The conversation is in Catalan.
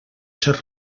ser